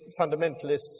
fundamentalists